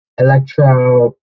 electro